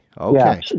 okay